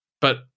But-